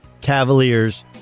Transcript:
Cavaliers